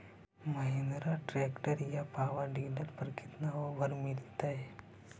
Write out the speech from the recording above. Mahindra tractor या power dealer पर कितना ओफर मीलेतय?